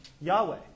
Yahweh